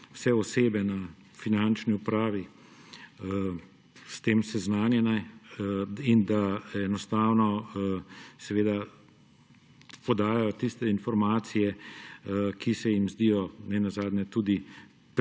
vse osebe na finančni upravi s tem seznanjene in da enostavno podajajo tiste informacije, ki se jim zdijo ne nazadnje tudi